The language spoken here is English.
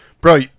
Bro